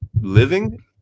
living